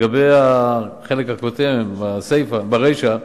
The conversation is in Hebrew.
לגבי החלק הקודם, ברישא,